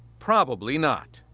probably not.